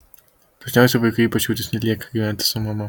dažniausiai vaikai ypač jaunesni lieka gyventi su mama